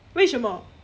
为什么